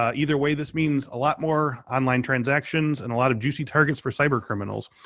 ah either way, this means a lot more online transactions and a lot of juicy targets for cyber criminals.